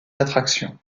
attractions